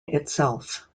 itself